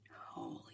Holy